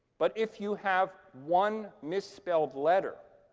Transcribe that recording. but if you have one misspelled letter,